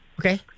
Okay